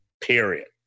Period